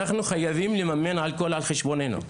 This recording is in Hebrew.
אנחנו חייבים לממן הכול על חשבוננו.